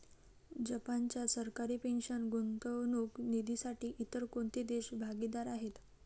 जपानच्या सरकारी पेन्शन गुंतवणूक निधीसाठी इतर कोणते देश भागीदार आहेत?